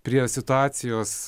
prie situacijos